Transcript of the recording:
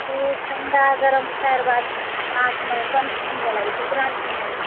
किछु ठण्डा गरम खाइर बाद दाँतमे कनकनी होबे लागैत छै ओकरा लए की करबै